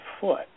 foot